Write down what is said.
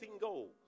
goals